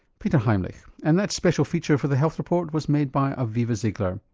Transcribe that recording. peter heimlich. and that special feature for the health report was made by aviva ziegler,